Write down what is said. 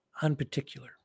unparticular